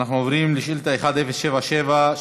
אנחנו עוברים לשאילתה מס' 1077,